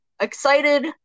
excited